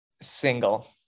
single